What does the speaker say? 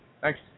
Thanks